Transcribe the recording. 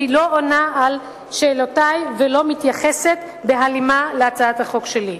היא לא עונה על שאלותי ולא מתייחסת בהלימה להצעת החוק שלי.